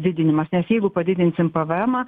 didinimas nes jeigu padidinsim pėvėemą